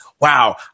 wow